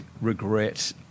regret